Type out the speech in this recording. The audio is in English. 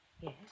Yes